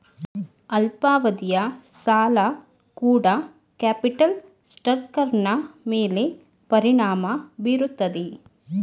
ಅಲ್ಪಾವಧಿಯ ಸಾಲ ಕೂಡ ಕ್ಯಾಪಿಟಲ್ ಸ್ಟ್ರಕ್ಟರ್ನ ಮೇಲೆ ಪರಿಣಾಮ ಬೀರುತ್ತದೆ